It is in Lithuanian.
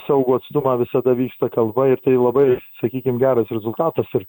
saugų atstumą visada vyksta kalba ir tai labai sakykim geras rezultatas ir